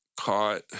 caught